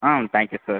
ah thank you sir